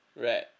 right